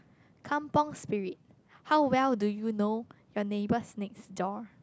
kampung Spirit how well do you know your neighbours next door